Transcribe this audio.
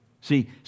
See